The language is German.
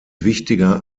wichtiger